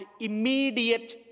immediate